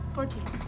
Fourteen